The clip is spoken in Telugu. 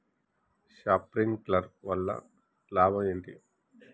శప్రింక్లర్ వల్ల లాభం ఏంటి?